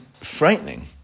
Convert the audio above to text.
frightening